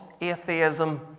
atheism